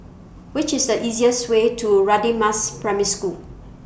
Which IS The easiest Way to Radin Mas Primary School